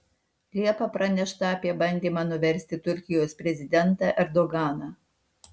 liepą pranešta apie bandymą nuversti turkijos prezidentą erdoganą